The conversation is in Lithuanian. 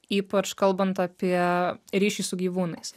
ypač kalbant apie ryšį su gyvūnais